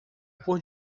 por